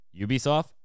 Ubisoft